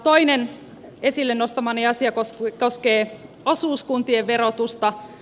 toinen esille nostamani asia koskee osuuskuntien verotusta